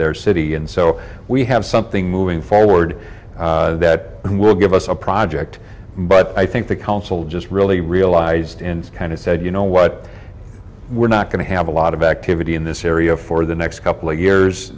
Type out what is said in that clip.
their city and so we have something moving forward and will give us a project but i think the council just really realized and kind of said you know what we're not going to have a lot of activity in this area for the next couple of years